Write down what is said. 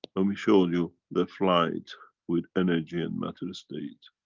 and we showed you the flight with energy and matter state.